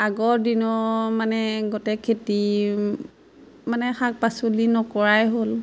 আগৰ দিনৰ মানে গোটেই খেতি মানে শাক পাচলি নকৰাই হ'ল